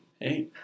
Hey